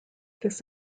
this